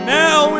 now